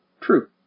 True